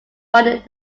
funded